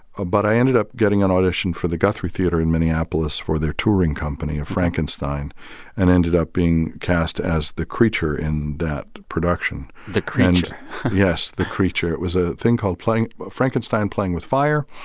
ah but i ended up getting an audition for the guthrie theater in minneapolis for their touring company of frankenstein and ended up being cast as the creature in that production the creature yes, the creature. it was a thing called playing frankenstein playing with fire.